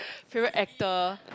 favourite actor